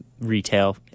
retail